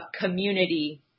community